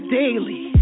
daily